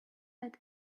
had